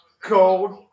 cold